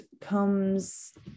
comes